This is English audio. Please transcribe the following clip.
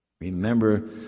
Remember